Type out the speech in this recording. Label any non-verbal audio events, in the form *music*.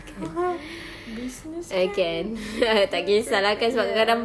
*laughs* business kan ya